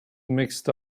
mixed